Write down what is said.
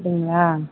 அப்படிங்களா